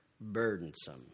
burdensome